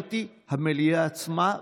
מעניינת אותי המליאה עצמה,